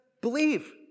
believe